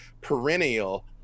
perennial